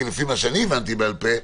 כי לפי מה שאני הבנתי בעל-פה,